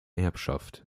erbschaft